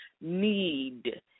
need